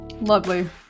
Lovely